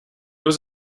was